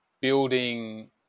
building